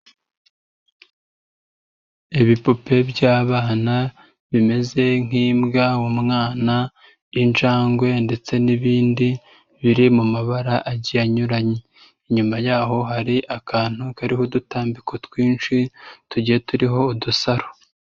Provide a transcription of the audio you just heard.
Ibipupe by'abana bimeze nk'imbwa, umwana, injangwe ndetse n'ibindi, biri mu mabara agiye anyuranye. Inyuma yaho hari akantu kariho udutambiko twinshi, tugiye turiho udusaro.